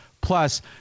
plus